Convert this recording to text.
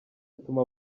atuma